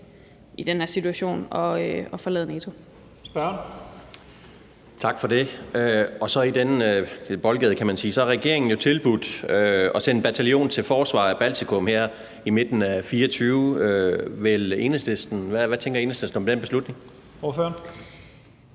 Jensen): Spørgeren. Kl. 17:50 Kim Aas (S): Tak for det. I den boldgade, kan man sige, har regeringen jo tilbudt at sende en bataljon til forsvar af Baltikum her i midten af 2024. Hvad tænker Enhedslisten om den beslutning? Kl.